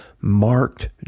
marked